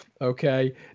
okay